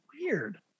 weird